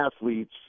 athletes